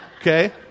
Okay